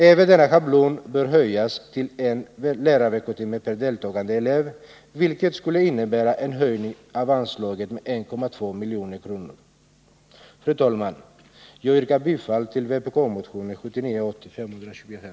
Även denna schablon bör höjas till 1 lärarveckotimme per deltagande elev, vilket skulle innebära en höjning av anslaget med 1,2 milj.kr. Fru talman! Jag yrkar bifall till vpk-motionen 1979/80:525.